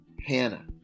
Hannah